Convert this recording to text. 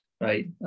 right